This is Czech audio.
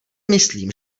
myslím